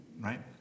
right